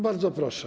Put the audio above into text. Bardzo proszę.